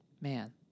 Man